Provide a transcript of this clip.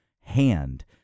hand